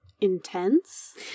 intense